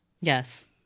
Yes